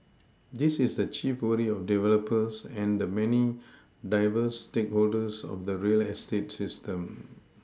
this is the chief worry of developers and the many diverse stakeholders of the real estate ecosystem